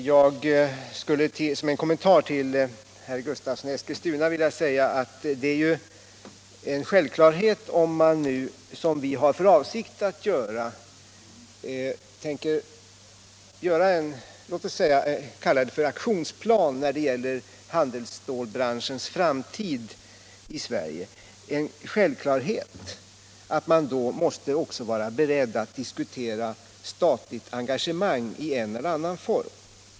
Jag skulle som en kommentar till herr Gustavsson i Eskilstuna vilja säga att om man nu — som vi har för avsikt att göra — ämnar ta fram en aktionsplan när det gäller handelsstålbranschens framtid i Sverige, så är det en självklarhet att man då också måste vara beredd att diskutera ett statligt engagemang i en eller annan form.